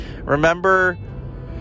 Remember